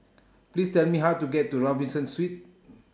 Please Tell Me How to get to Robinson Suites